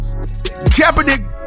Kaepernick